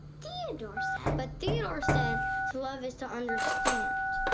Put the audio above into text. theodore said but theodore said to love is to understand.